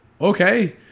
Okay